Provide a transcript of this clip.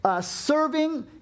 Serving